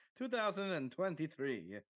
2023